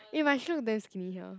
eh but she look damn skinny here